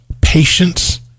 patience